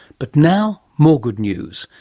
but now more good news,